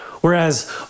Whereas